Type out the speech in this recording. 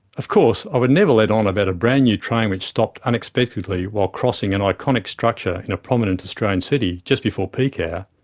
of course i would never let on about a brand new train which stopped unexpectedly while crossing an iconic structure in a prominent australian city, just before peak yeah